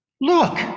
look